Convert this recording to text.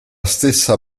stessa